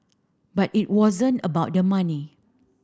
but it wasn't about the money